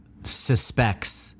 suspects